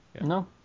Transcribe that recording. No